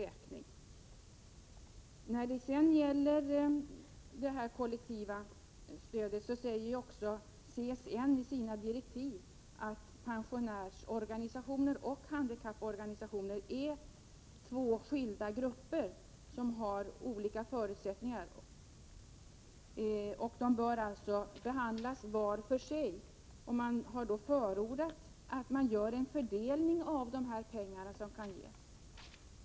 103 När det gäller det kollektiva stödet säger ju också CSN i sina direktiv att pensionärsorganisationer och handikapporganisationer är två skilda grupper, som har olika förutsättningar. De bör alltså behandlas var för sig, och man har då förordat en fördelning av dessa pengar som kan ges.